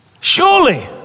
Surely